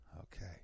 Okay